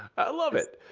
i love it.